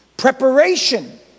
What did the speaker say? Preparation